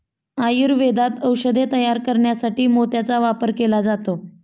आयुर्वेदात औषधे तयार करण्यासाठी मोत्याचा वापर केला जातो